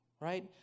right